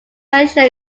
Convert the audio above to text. asia